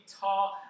tall